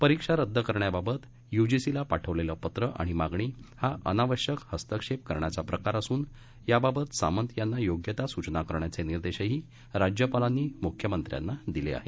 परीक्षा रद्द करण्याबाबत युजीसीला पाठवलेलं पत्र आणि मागणी हा अनावश्यक हस्तक्षेप करण्याचा प्रकार असून याबाबत सामंत यांना योग्य त्या सूचना करण्याचे निर्देशही राज्यपालांनी मुख्यमंत्र्यांना दिले आहेत